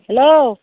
hello